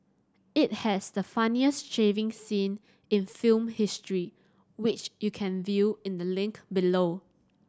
it has the funniest shaving scene in film history which you can view in the link below